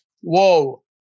whoa